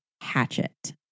hatchet